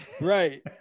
Right